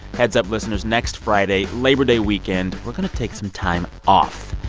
heads-up listeners, next friday, labor day weekend, we're going to take some time off.